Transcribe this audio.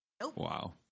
Wow